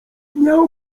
miał